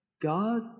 God